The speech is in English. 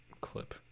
clip